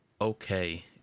okay